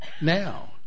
now